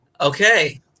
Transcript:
Okay